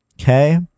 okay